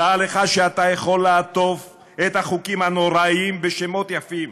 דע לך שאתה יכול לעטוף את החוקים הנוראיים בשמות יפים,